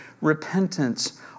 repentance